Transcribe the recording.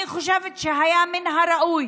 אני חושבת שהיה מן הראוי